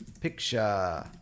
Picture